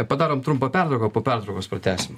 padarom trumpą pertrauką po pertraukos pratęsim